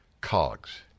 cogs